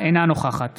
אינה נוכחת